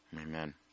Amen